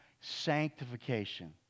Sanctification